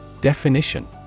Definition